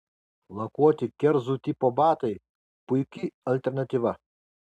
lakuoti kerzų tipo batai puiki alternatyva